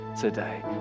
today